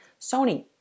sony